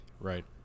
Right